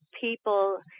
people